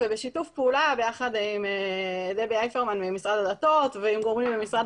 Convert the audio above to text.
ובשיתוף פעולה עם דבי אייפרמן ממשרד הדתות ועם גורמים במשרד